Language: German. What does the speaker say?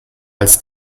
als